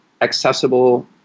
accessible